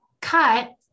cut